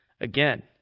Again